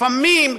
לפעמים,